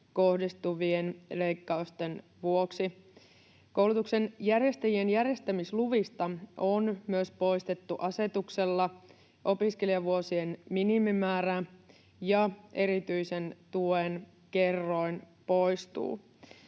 kohdistuvien leikkausten vuoksi. Koulutuksen järjestäjien järjestämisluvista on myös poistettu asetuksella opiskelijavuosien minimimäärä, ja erityisen tuen kerroin poistuu.